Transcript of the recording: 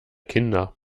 kinder